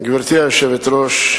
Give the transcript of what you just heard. גברתי היושבת-ראש,